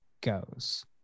goes